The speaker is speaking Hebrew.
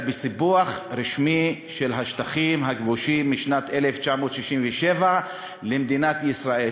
בסיפוח רשמי של השטחים הכבושים משנת 1967 למדינת ישראל.